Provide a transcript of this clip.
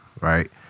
right